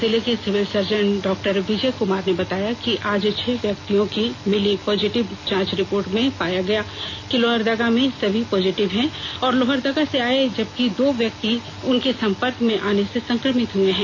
जिले के civil surgeon डॉ विजय कुमार ने बताया कि आज छह व्यक्तियों की मिली पॉजिटिव जांच रिपोर्ट में चार गया से लोहरदगा आये हैं जबकि दो व्यक्ति उनके संपर्क में आने से संक्रमित हुए हैं